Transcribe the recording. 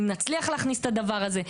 אם נצליח להכניס את הדבר הזה.